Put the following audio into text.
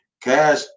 Cash